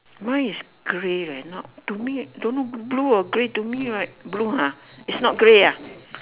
mine is grey leh not to me don't know blue or grey to me right blue ha it's not grey ah